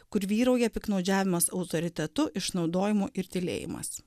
kur vyrauja piktnaudžiavimas autoritetu išnaudojimu ir tylėjimas